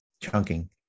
chunking